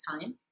time